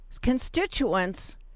constituents